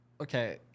okay